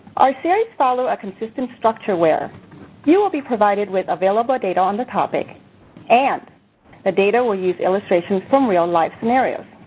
our series follow a consistent structure where you will be provided with available data on the topic and the data will use illustrations from real life scenarios.